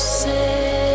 say